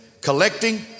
collecting